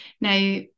Now